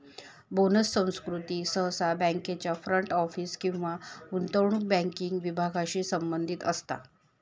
bonus संस्कृती सहसा बँकांच्या फ्रंट ऑफिस किंवा गुंतवणूक बँकिंग विभागांशी संबंधित असता